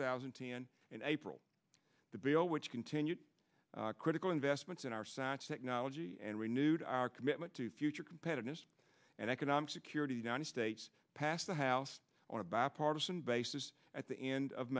thousand t n in april the bill which continued critical investments in our senate sec knology and renewed our commitment to future competitors and economic security united states passed the house on a bipartisan basis at the end of